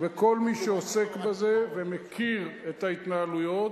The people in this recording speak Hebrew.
וכל מי שעוסק בזה ומכיר את ההתנהלויות,